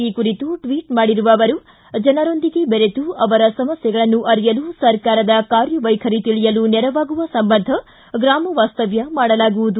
ಈ ಕುರಿತು ಟ್ವಿಬ್ ಮಾಡಿರುವ ಅವರು ಜನರೊಂದಿಗೆ ಬೆರೆತು ಅವರ ಸಮಸ್ಥೆಗಳನ್ನು ಅರಿಯಲು ಸರ್ಕಾರದ ಕಾರ್ಯವೈಖರಿ ತಿಳಿಯಲು ನೆರವಾಗುವ ಸಂಬಂಧ ಗ್ರಾಮ ವಾಸ್ತವ್ನ ಮಾಡಲಾಗುವುದು